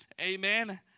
Amen